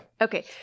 Okay